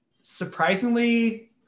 Surprisingly